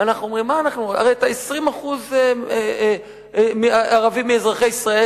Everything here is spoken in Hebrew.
ואנחנו אומרים: הרי 20% ערבים מאזרחי ישראל,